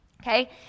okay